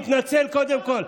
תתנצל קודם כול.